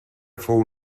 fou